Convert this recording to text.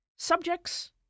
Subjects